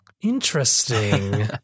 interesting